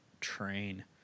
train